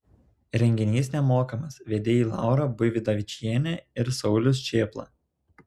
renginys nemokamas vedėjai laura buividavičienė ir saulius čėpla